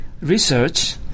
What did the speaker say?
research